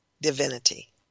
divinity